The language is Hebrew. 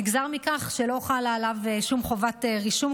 נגזר מכך שלא חלה עליו שום חובת רישום,